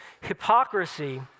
hypocrisy